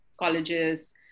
colleges